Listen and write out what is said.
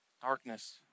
Darkness